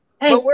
Hey